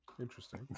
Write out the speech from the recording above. Interesting